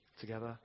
together